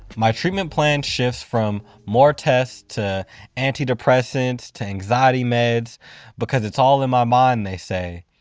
my treatment plan shifts from more tests to antidepressants to anxiety meds because it's all in my mind they say.